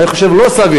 ואני חושב שזה לא סביר.